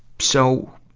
so,